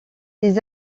les